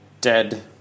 dead